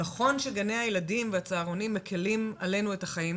נכון שגני הילדים והצהרונים מקילים עלינו את החיים,